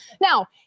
Now